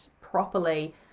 properly